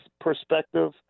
perspective